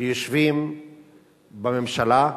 שיושבים בממשלה,